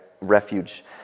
refuge